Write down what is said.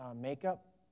makeup